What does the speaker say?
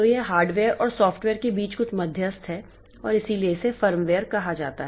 तो यह हार्डवेयर और सॉफ्टवेयर के बीच कुछ मध्यस्थ है और इसीलिए इसे फर्मवेयर कहा जाता है